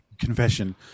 confession